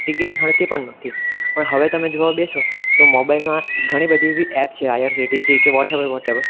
ticket મળતી પણ નહોતી પણ હવે તમે જોવા બેસો તો મોબાઈલમાં ઘણી બધી એવી એપ છે આઈઆરસીટીસી કે વોટએવર વોટએવર